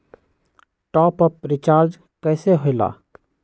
Top up recharge कइसे होएला?